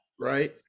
Right